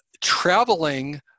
traveling